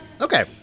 Okay